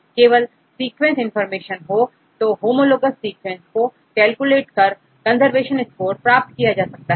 केवल sequence information हो तो होमोलोगस सीक्वेंस को कैलकुलेट कर कंजर्वेशन स्कोर प्राप्त किया जा सकता है